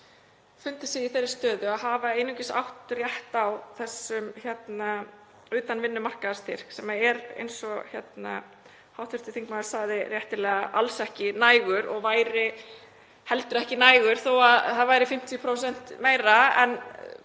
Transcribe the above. fundið sig í þeirri stöðu að hafa einungis átt rétt á styrk fyrir fólk utan vinnumarkaðar sem er, eins og hv. þingmaður sagði réttilega, alls ekki nægur og væri heldur ekki nægur þó að hann væri 50% hærri. En